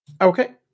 Okay